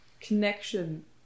connection